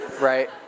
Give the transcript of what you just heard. Right